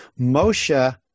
Moshe